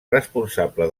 responsable